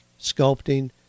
sculpting